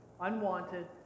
unwanted